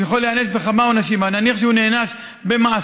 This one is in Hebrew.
הוא יכול להיענש בכמה עונשים אבל נניח שהוא נענש במאסר